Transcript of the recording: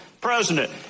president